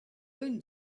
own